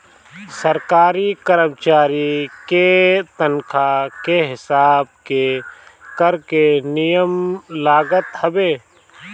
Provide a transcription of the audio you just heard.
सरकारी करमचारी के तनखा के हिसाब के कर के नियम लागत हवे